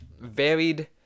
varied